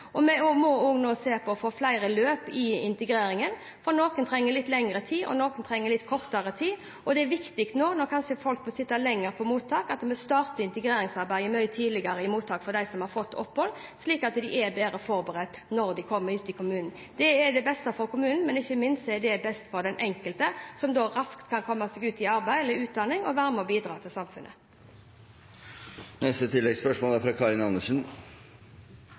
Vi må også se på det å få flere løp i integreringen, for noen trenger litt lengre tid, mens andre trenger kortere tid. Det er viktig nå når folk kanskje blir sittende lenger på mottak, at vi starter integreringsarbeidet mye tidligere i mottak for dem som har fått opphold, slik at de er bedre forberedt når de kommer ut i kommunene. Det er det beste for kommunen, og ikke minst er det best for den enkelte, som raskt kan komme seg ut i arbeid eller utdanning og være med på å bidra til samfunnet. Karin Andersen – til oppfølgingsspørsmål. Nå sier statsråden at norskopplæring er